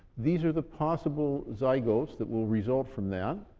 these are the possible zygotes that will result from that.